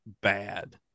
bad